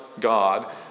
God